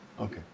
Okay